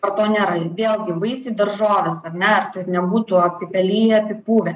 ar to nėra vėlgi vaisiai daržovės ar ne ar ten nebūtų apipeliję apipuvę